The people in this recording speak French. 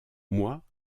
moi